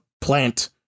plant